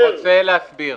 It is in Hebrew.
אני רוצה להסביר.